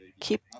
keep